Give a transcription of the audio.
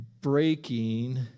breaking